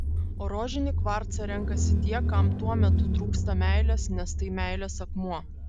o rožinį kvarcą renkasi tie kam tuo metu trūksta meilės nes tai meilės akmuo